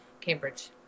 Cambridge